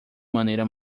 maneira